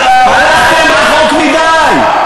הלכתם רחוק מדי.